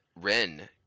Ren